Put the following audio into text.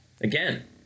Again